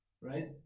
right